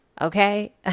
Okay